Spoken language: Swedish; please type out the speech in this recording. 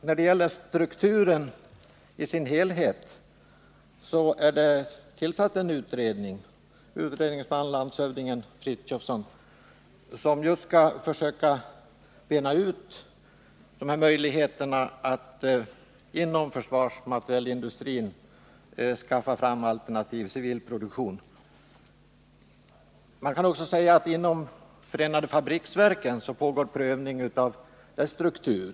När det gäller strukturen i dess helhet har det tillsatts en utredningsman — landshövdingen Frithiofson — som just skall försöka bena ut möjligheterna att inom försvarsmaterielindustrin skaffa fram alternativ civil produktion. Även inom förenade fabriksverken pågår en prövning av dess struktur.